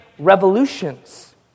Revolutions